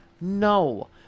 No